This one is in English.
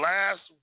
Last